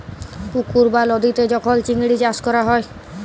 পুকুর বা লদীতে যখল চিংড়ি চাষ ক্যরা হ্যয়